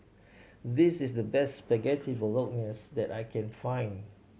this is the best Spaghetti Bolognese that I can find